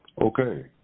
Okay